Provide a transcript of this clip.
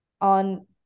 on